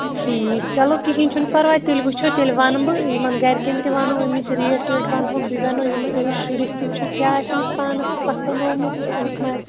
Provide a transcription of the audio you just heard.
ٹھیٖک چلو کِہیٖنٛۍ چھُنہٕ پَرواے تیٚلہِ وُچھو تیٚلہِ وَنہٕ بہٕ یِمن گرِ کین تہِ وَنو اَمِچ ریٹ ویٹ وَنہوکھ بیٚیہِ وَنو أمِس شُرِس تہِ وُچھو کیٛاہ آسہِ أمِس پانس تہِ پَسنٛد آمُت تہٕ أمِس ما آسہِ